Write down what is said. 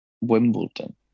Wimbledon